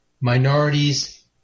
minorities